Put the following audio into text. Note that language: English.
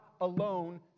alone